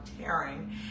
tearing